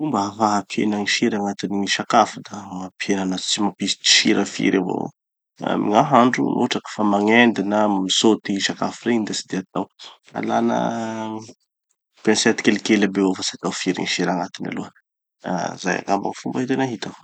Mba hahafaha hampihena gny sira agnatin'ny gny sakafo da mampihena anazy tsy mampisy sira firy avao amy gn'ahandro. No hotraky fa magnendy na misôty sakafo regny da tsy de atao, alàna pincette kelikely aby avao fa tsy atao firy gny sira agnatiny aloha. Da zay angamba gny fomba tena hitako.